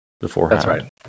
beforehand